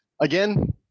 again